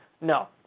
No